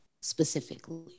specifically